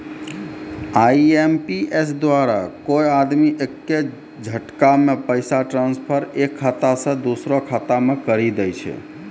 IMPS द्वारा कोय आदमी एक्के झटकामे पैसा ट्रांसफर एक खाता से दुसरो खाता मे करी दै छै